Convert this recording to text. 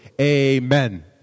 amen